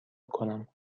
کنم